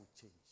change